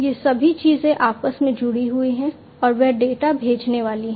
ये सभी चीजें आपस में जुड़ी हुई हैं और वे डेटा भेजने वाली हैं